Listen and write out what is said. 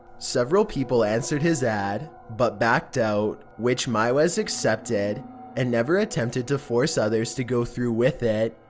several people answered his ad, but backed out, which meiwes accepted and never attempted to force others to go through with it.